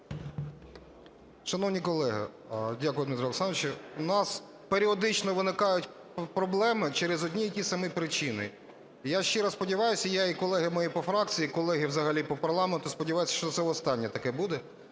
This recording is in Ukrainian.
Шановні колеги… Дякую, Дмитре Олександровичу. У нас періодично виникають проблеми через одні й ті самі причини. І я щиро сподіваюсь, я і колеги мої по фракції, і колеги взагалі по парламенту сподіваються, що це востаннє таке буде.